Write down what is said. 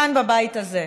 כאן בבית הזה,